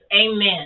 Amen